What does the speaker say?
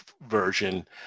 version